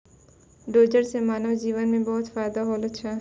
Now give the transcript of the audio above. dozer सें मानव जीवन म बहुत फायदा होलो छै